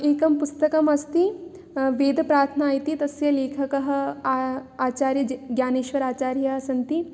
एकं पुस्तकमस्ति वेदप्रार्थना इति तस्य लेखकः आ आचार्यज्ञानेश्वराचार्याः सन्ति